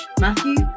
Matthew